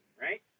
right